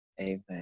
Amen